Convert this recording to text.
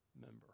member